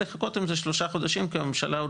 לחכות עם זה שלושה חודשים כי הממשלה עוד